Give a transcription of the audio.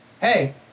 Hey